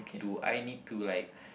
do I need to like